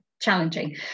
challenging